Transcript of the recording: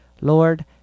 Lord